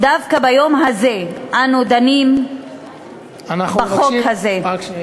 דווקא ביום הזה אנו דנים בחוק הזה.